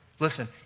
Listen